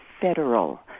federal